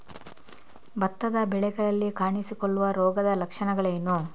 ಭತ್ತದ ಬೆಳೆಗಳಲ್ಲಿ ಕಾಣಿಸಿಕೊಳ್ಳುವ ರೋಗದ ಲಕ್ಷಣಗಳೇನು?